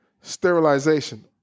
sterilization